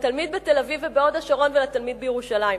לתלמיד בתל-אביב ובהוד-השרון ולתלמיד בירושלים.